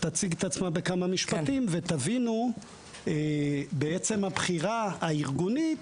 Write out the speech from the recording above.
תציג את עצמה בכמה משפטים ותבינו בעצם הבחירה הארגונית